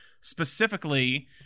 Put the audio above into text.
specifically